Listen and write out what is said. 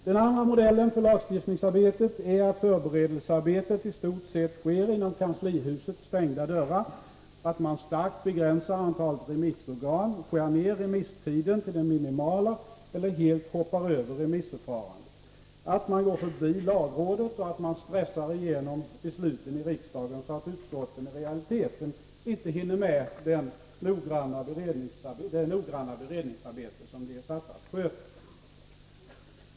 Den andra modellen för lagstiftningsarbetet är att förberedelsearbetet i stort sett sker inom kanslihusets stängda dörrar, att man starkt begränsar antalet remissorgan, skär ner remisstiden till det minimala eller helt hoppar över remissförfarandet, att man går förbi lagrådet och att man stressar igenom besluten i riksdagen, så att utskotten i realiteten inte hinner med det noggranna beredningsarbete som de är satta att sköta.